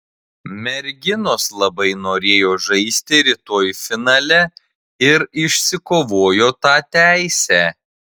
merginos labai norėjo žaisti rytoj finale ir išsikovojo tą teisę